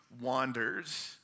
wanders